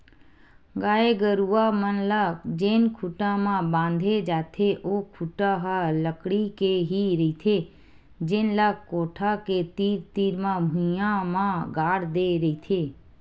गाय गरूवा मन ल जेन खूटा म बांधे जाथे ओ खूटा ह लकड़ी के ही रहिथे जेन ल कोठा के तीर तीर म भुइयां म गाड़ दे रहिथे